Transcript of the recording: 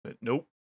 Nope